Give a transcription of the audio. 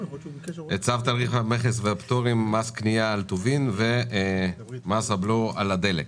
צו תעריף המכס והפטורים ומס קנייה על טובין ומס הבלו על הדלק.